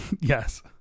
Yes